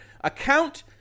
account